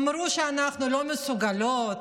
אמרו שאנחנו לא מסוגלות,